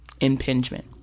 impingement